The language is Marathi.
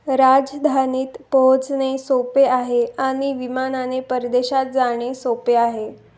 राजधानीत पोहोचणे सोपे आहे आणि विमानाने परदेशात जाणे सोपे आहे